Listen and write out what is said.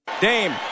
Dame